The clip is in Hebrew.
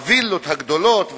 הווילות הגדולות והטובות,